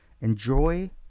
enjoy